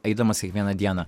eidamas kiekvieną dieną